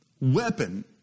weapon